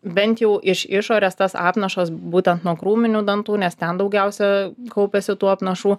bent jau iš išorės tas apnašas būtent nuo krūminių dantų nes ten daugiausia kaupiasi tų apnašų